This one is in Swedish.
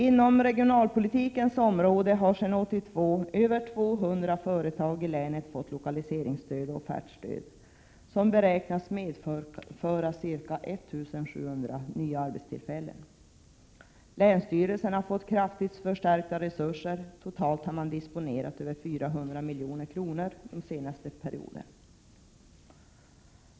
På regionalpolitikens område har sedan år 1982 över 200 företag i länet fått lokaliseringsstöd och offertstöd som beräknas medföra cirka 1700 nya arbetstillfällen. Länsstyrelsen har fått kraftigt förstärkta resurser: totalt har man disponerat över 400 milj.kr. under den senaste femårsperioden.